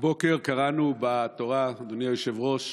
הבוקר קראנו בתורה, אדוני היושב-ראש,